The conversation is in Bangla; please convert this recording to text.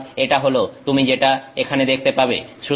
সুতরাং এটা হলো তুমি যেটা এখানে দেখতে পাবে